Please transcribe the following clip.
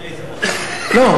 לפני זה, לא.